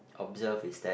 observe is that